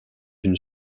une